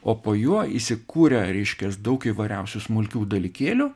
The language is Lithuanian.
o po juo įsikūrę reiškias daug įvariausių smulkių dalykėlių